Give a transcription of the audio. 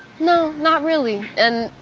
no, not really. and,